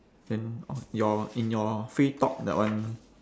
then oh your in your free talk that one